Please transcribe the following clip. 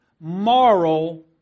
moral